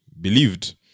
believed